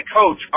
coach